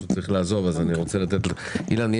אילן,